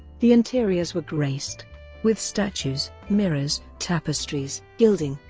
the interiors were graced with statues, mirrors, tapestries, gilding,